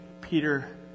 Peter